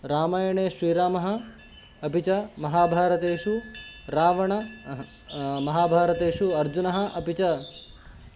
रामायणे श्रीरामः अपि च महाभारतेषु रावणः महाभारतेषु अर्जुनः अपि च